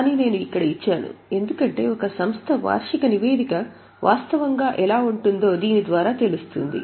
కాని నేను ఇక్కడ ఇచ్చాను ఎందుకంటే ఒక సంస్థ వార్షిక నివేదిక వాస్తవంగా ఎలా ఉంటుందో దీని ద్వారా తెలుస్తుంది